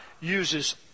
uses